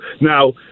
now